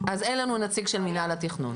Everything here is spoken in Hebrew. אין לנו נציג של מינהל התכנון.